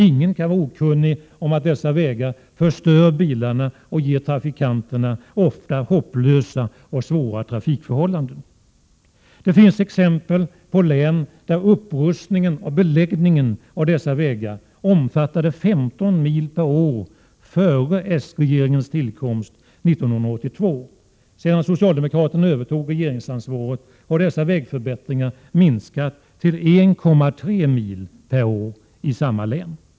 Ingen kan var okunnig om att dessa vägar förstör bilarna och ger trafikanterna ofta hopplösa och svåra trafikförhållanden. Det finns exempel på län där upprustningen och beläggningen av dessa vägar omfattade 15 mil per år före s-regeringens tillkomst 1982. Sedan socialdemokraterna övertog regeringsansvaret har dessa vägförbättringar minskat till 1,3 mil per år.